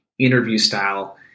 interview-style